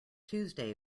tuesday